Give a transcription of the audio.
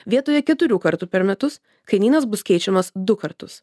vietoje keturių kartų per metus kainynas bus keičiamas du kartus